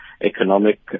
economic